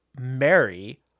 Mary